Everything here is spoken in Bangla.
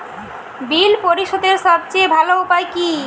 বিল পরিশোধের সবচেয়ে ভালো উপায় কী?